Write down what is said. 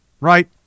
Right